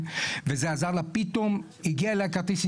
פתאום הגיע אליה כרטיס.